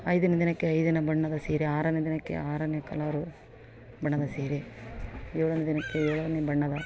ಐದನೇ ದಿನಕ್ಕೆ ಐದನೇ ಬಣ್ಣದ ಸೀರೆ ಆರನೇ ದಿನಕ್ಕೆ ಆರನೇ ಕಲರು ಬಣ್ಣದ ಸೀರೆ ಏಳನೇ ದಿನಕ್ಕೆ ಏಳನೇ ಬಣ್ಣದ